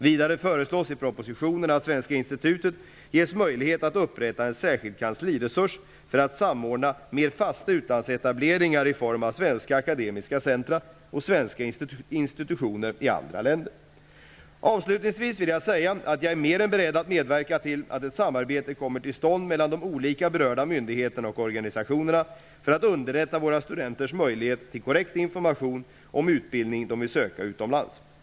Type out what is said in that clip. Vidare föreslås i propositionen att Svenska institutet ges möjlighet att upprätta en särskild kansliresurs för att samordna mer fasta utlandsetableringar i form av svenska akademiska centra och svenska institutioner i andra länder. Avslutningsvis vill jag säga att jag är mer än beredd att medverka till att ett samarbete kommer till stånd mellan de olika berörda myndigheterna och organisationerna för att underlätta våra studenters möjligheter till korrekt information om utbildning de vill söka utomlands.